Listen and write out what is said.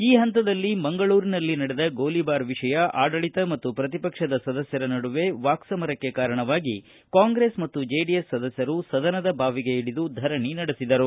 ಈ ಹಂತದಲ್ಲಿ ಮಂಗಳೂರಿನಲ್ಲಿ ನಡೆದ ಗೋಲಿಬಾರ್ ವಿಷಯ ಆಡಳಿತ ಮತ್ತು ಪ್ರತಿಪಕ್ಷದ ಸದಸ್ಯರ ನಡುವೆ ವಾಕ್ಸಮರಕ್ಕೆ ಕಾರಣವಾಗಿ ಕಾಂಗ್ರೆಸ್ ಜೆಡಿಎಸ್ ಸದಸ್ಯರು ಸದನದ ಬಾವಿಗೆ ಇಳಿದು ಧರಣಿ ನಡೆಸಿದರು